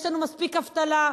יש לנו מספיק אבטלה,